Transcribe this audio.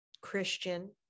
Christian